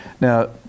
now